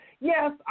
Yes